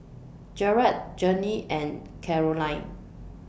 Jarrett Jermey and Carolyn